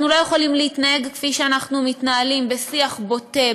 אנחנו לא יכולים להתנהל כפי שאנחנו מתנהלים בשיח בוטה,